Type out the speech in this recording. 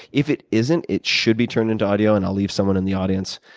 if it isn't, it should be turned into audio, and i'll leave someone in the audience.